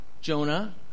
Jonah